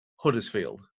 Huddersfield